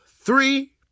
three